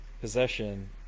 possession